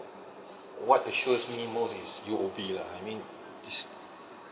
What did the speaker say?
what assures me most is U_O_B lah I mean is